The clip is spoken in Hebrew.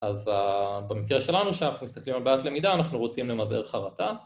‫אז במקרה שלנו, ‫שאנחנו מסתכלים על בעת למידה, ‫אנחנו רוצים למזער חרטה.